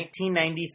1993